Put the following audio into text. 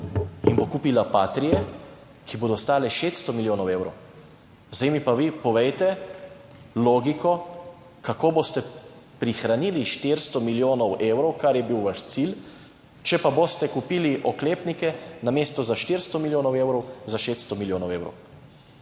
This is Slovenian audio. in bo kupila Patrie, ki bodo stale 600 milijonov evrov. Zdaj mi pa vi povejte logiko, kako boste prihranili 400 milijonov evrov, kar je bil vaš cilj, če pa boste kupili oklepnike, namesto za 400 milijonov evrov za 600 milijonov evrov!